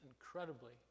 incredibly